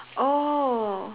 oh